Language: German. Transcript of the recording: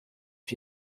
für